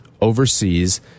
overseas